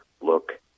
look